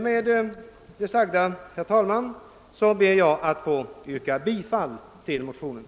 Jag ber, herr talman, att med det sagda få yrka bifall till motionerna.